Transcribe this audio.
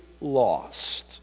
lost